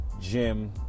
Gym